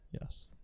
Yes